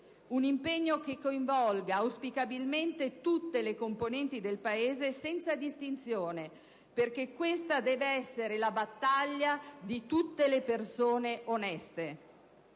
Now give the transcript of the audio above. Un impegno che coinvolga auspicabilmente tutte le componenti del Paese, senza distinzione, perché questa deve essere la battaglia di tutte le persone oneste.